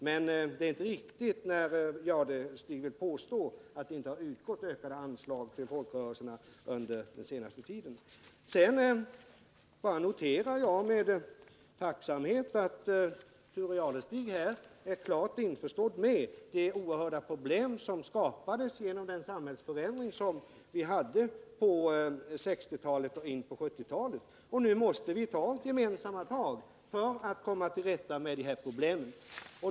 Men det är inte riktigt, som Thure Jadestig påstår, att det inte har utgått ökade anslag till folkrörelserna under den senaste tiden. Sedan noterar jag med tacksamhet att Thure Jadestig är klart införstådd med att det var oerhörda problem som skapades genom den samhällsförändring som ägde rum på 1960-talet och in på 1970-talet. Nu måste vi ta gemensamma tag för att komma till rätta med dessa problem.